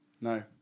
No